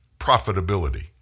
profitability